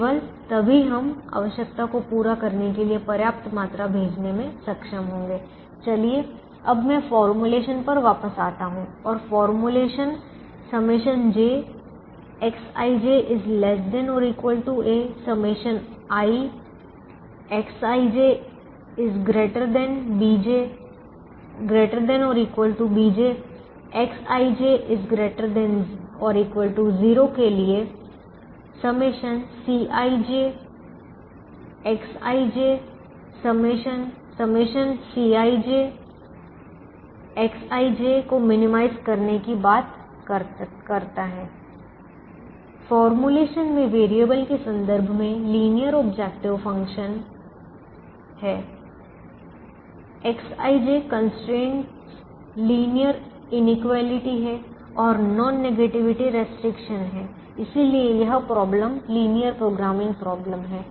केवल तभी हम आवश्यकता को पूरा करने के लिए पर्याप्त मात्रा भेजने में सक्षम होंगे चलिए अब मैं फॉर्मूलेशन पर वापस आता हूं और formulation ∑j Xij ≤ ai ∑i Xij ≥ bj Xij ≥ 0 के लिए ∑ Cij Xij ∑∑Cij Xij को न्यूनतम करना करने की बात करता है फॉर्मूलेशन में वेरिएबल के संदर्भ में लीनियर ऑब्जेक्टिव फंक्शन है Xij constraint constraints linear inequalities है और नॉन नेगेटिविटी रिस्ट्रिक्शन है इसलिए यह समस्या लीनियर प्रोग्रामिंग समस्या है